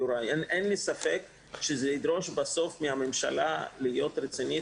אין לי ספק שזה ידרוש בסוף מהממשלה להיות רצינית